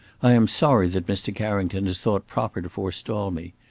i am sorry that mr. carrington has thought proper to forestall me.